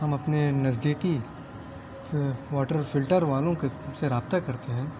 ہم اپنے نزدیکی واٹر فلٹر والوں کے سے رابطہ کرتے ہیں